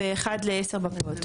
ו- 1 ל- 10 בפעוטות,